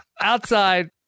outside